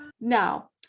Now